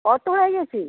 অত হয়ে গিয়েছে